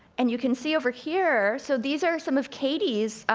and you can see over here, so these are some of katy's